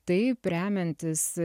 taip remiantis